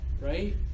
right